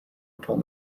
upon